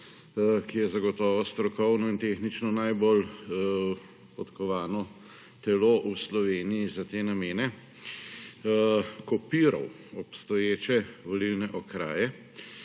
ki je zagotovo strokovno in tehnično najbolj podkovano telo v Sloveniji za te namene, kopiral obstoječe volilne okraje